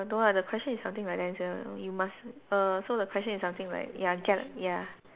no ah the question is something like that the you must err so the question is something like ya get ya